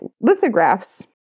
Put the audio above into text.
lithographs